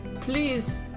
Please